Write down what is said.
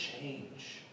change